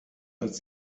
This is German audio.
als